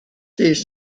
these